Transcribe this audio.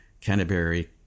Canterbury